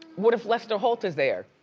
what if lester holt is there?